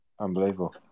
Unbelievable